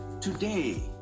Today